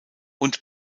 und